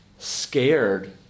scared